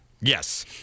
Yes